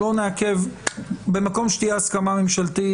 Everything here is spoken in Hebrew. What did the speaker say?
במקום שתהיה הסכמה ממשלתית,